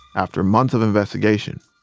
after months of investigation.